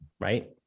right